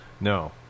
No